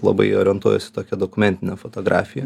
labai jau orientuojuos į tokią dokumentinę fotografiją